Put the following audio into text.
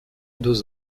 deux